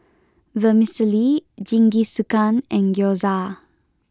Vermicelli Jingisukan and Gyoza